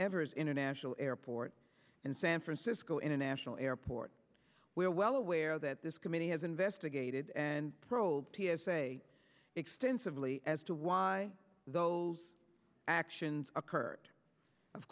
evers international airport and san francisco international airport we are well aware that this committee has investigated and probe t s a extensively as to why those actions occurred of